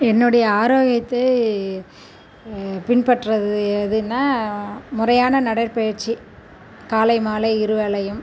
என்னுடைய ஆரோக்கியத்தை பின்பற்றது எதுனால் முறையான நடைப்பயிற்சி காலை மாலை இருவேளையும்